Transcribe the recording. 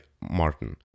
Martin